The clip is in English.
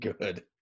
Good